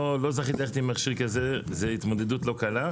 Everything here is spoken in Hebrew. לא זכיתי ללכת עם מכשיר כזה וזאת התמודדות לא קלה.